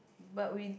but we